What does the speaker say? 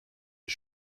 die